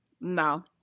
No